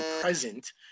present